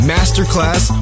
Masterclass